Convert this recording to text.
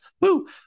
Woo